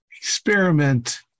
Experiment